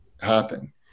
happen